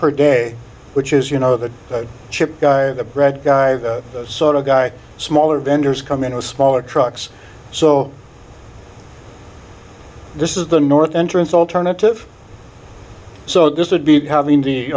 per day which is you know the chip guy the bread guy sort of guy smaller vendors come in a smaller trucks so this is the north entrance alternative so this would be having the